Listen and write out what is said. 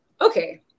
Okay